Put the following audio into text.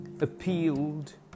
appealed